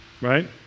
Right